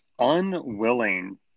unwilling